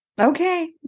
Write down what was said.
Okay